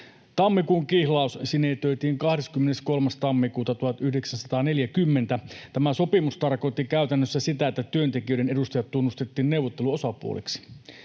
Tammikuun kihlaus sinetöitiin 23. tammikuuta 1940. Tämä sopimus tarkoitti käytännössä sitä, että työntekijöiden edustajat tunnustettiin neuvotteluosapuoliksi.